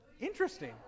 Interesting